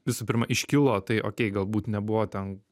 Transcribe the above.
visų pirma iškilo tai okei galbūt nebuvo ten